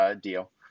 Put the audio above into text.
deal